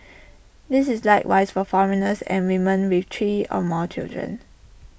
this is likewise for foreigners and women with three or more children